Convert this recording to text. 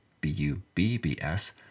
B-U-B-B-S